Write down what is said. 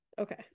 okay